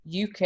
UK